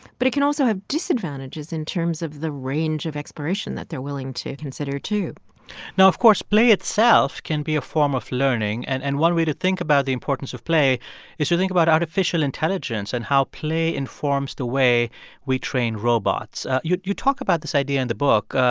but it can also have disadvantages in terms of the range of exploration that they're willing to consider, too now, of course, play itself can be a form of learning, and and one way to think about the importance of play is to think about artificial intelligence and how play informs the way we train robots. you you talk about this idea in the book.